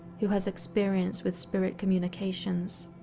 who has experience with spirit communications.